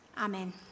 Amen